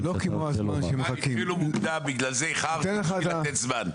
הדברים שאתה רוצה לומר.